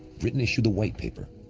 britain issued the white paper,